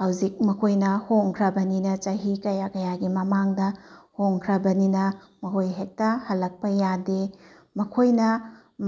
ꯍꯧꯖꯤꯛ ꯃꯈꯣꯏꯅ ꯍꯣꯡꯈ꯭ꯔꯕꯅꯤꯅ ꯆꯍꯤ ꯀꯌꯥ ꯀꯌꯥꯒꯤ ꯃꯃꯥꯡꯗ ꯍꯣꯡꯈ꯭ꯔꯕꯅꯤꯅ ꯃꯈꯣꯏ ꯍꯦꯛꯇ ꯍꯜꯂꯛꯄ ꯌꯥꯗꯦ ꯃꯈꯣꯏꯅ